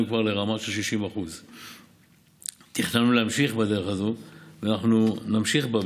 כבר לרמה של 60%. תכננו להמשיך בדרך הזאת ואנחנו נמשיך בה,